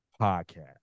podcast